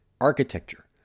architecture